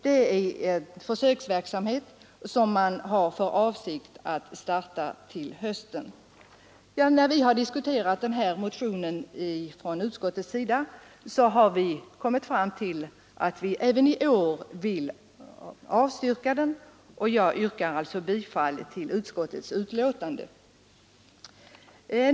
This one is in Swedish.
Man har för avsikt att starta en försöksverksamhet till hösten. När vi diskuterat denna motion i utskottet har vi alltså kommit fram till att vi även i år vill avstyrka den, och jag yrkar bifall till utskottets hemställan.